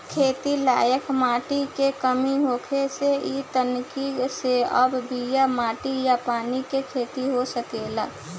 खेती लायक माटी के कमी होखे से इ तकनीक से अब बिना माटी आ पानी के खेती हो सकेला